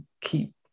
keep